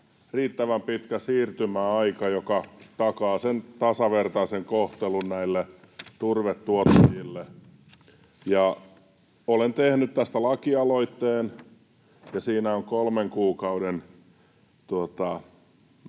riittävän pitkä siirtymäaika, joka takaa tasavertaisen kohtelun turvetuottajille. Olen tehnyt tästä lakialoitteen, ja siinä on kolmen kuukauden